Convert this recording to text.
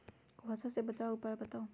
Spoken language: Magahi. कुहासा से बचाव के उपाय बताऊ?